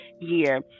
year